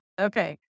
Okay